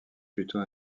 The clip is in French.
plutôt